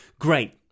Great